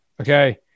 Okay